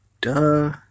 duh